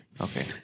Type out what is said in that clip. Okay